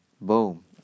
boom